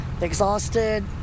exhausted